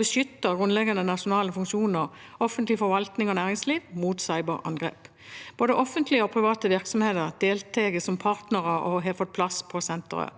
beskytte grunnleggende nasjonale funksjoner, offentlig forvaltning og næringsliv mot cyberangrep. Både offentlige og private virksomheter deltar som partnere og har fått plass på senteret.